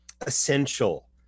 essential